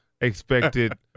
expected